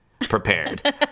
prepared